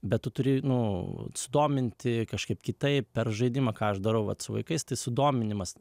bet tu turi nu sudominti kažkaip kitaip per žaidimą ką aš darau vat su vaikais sudominimas